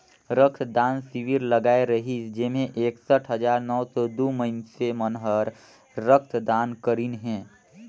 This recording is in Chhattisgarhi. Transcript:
रक्त दान सिविर लगाए रिहिस जेम्हें एकसठ हजार नौ सौ दू मइनसे मन हर रक्त दान करीन हे